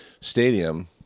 Stadium